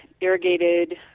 irrigated